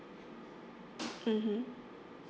mmhmm